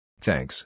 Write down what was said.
Thanks